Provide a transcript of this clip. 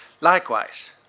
Likewise